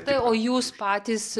tai o jūs patys